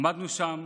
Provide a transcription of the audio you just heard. עמדנו שם